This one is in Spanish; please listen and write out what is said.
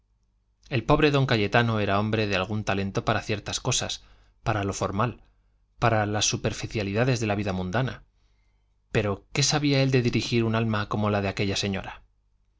el pobre don cayetano era hombre de algún talento para ciertas cosas para lo formal para las superficialidades de la vida mundana pero qué sabía él de dirigir un alma como la de aquella señora